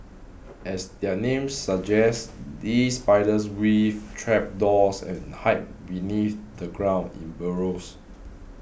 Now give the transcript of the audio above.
as their name suggests these spiders weave trapdoors and hide beneath the ground in burrows